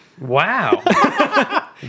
Wow